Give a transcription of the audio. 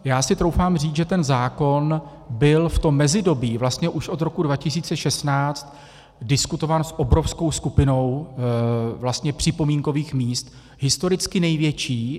Já si troufám říct, že ten zákon byl v tom mezidobí, vlastně už od roku 2016, diskutován s obrovskou skupinou vlastně připomínkových míst, historicky největší.